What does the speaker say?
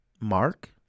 mark